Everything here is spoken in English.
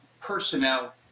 personnel